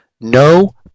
no